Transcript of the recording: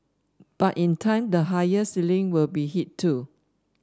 but in time the higher ceiling will be hit too